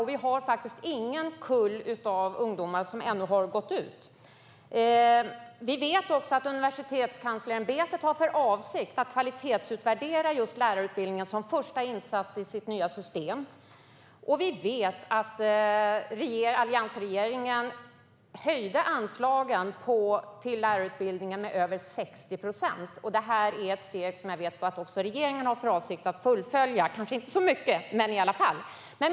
Det finns ännu inte en kull ungdomar som har gått ut från utbildningen. Vi vet också att Universitetskanslersämbetet har för avsikt att kvalitetsutvärdera just lärarutbildningen som första insats i sitt nya system. Och vi vet att alliansregeringen höjde anslagen till lärarutbildningen med över 60 procent. Det är ett steg som jag vet att regeringen har för avsikt att fullfölja - kanske inte så mycket, men i alla fall.